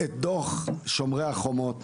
דוח שומרי החומות,